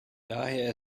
daher